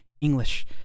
English